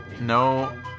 No